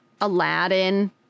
Aladdin